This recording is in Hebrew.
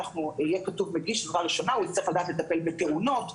הוא יהיה צריך לדעת לטפל בתאונות,